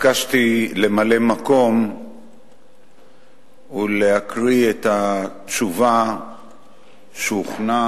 התבקשתי למלא מקום ולהקריא את התשובה שהוכנה,